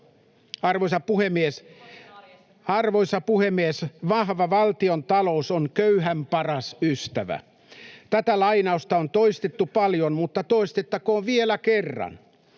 Arvoisa puhemies! ”Vahva valtiontalous on köyhän paras ystävä.” Tätä lainausta on toistettu paljon, mutta toistettakoon vielä kerran.